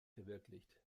verwirklicht